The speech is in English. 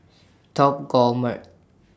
Top Gourmet